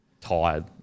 tired